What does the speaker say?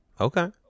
Okay